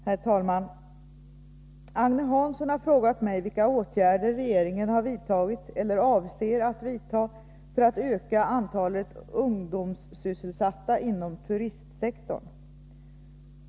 Herr talman! Agne Hansson har frågat mig vilka åtgärder regeringen har vidtagit eller avser att vidtaga för att öka antalet ungdomssysselsatta inom turistsektorn.